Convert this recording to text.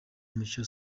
mucyo